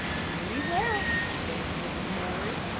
very well, said mrs. morris,